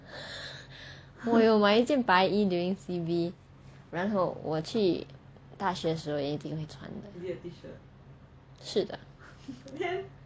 我有买一件白衣 during C_B 然后我去大学一定会穿的是的